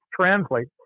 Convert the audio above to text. translate